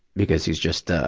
because he's just, ah,